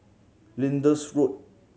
Lyndhurst Road